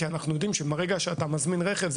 כי אנחנו יודעים שמהרגע שאתה מזמין רכב זה